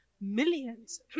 millions